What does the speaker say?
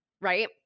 right